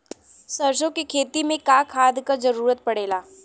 सरसो के खेती में का खाद क जरूरत पड़ेला?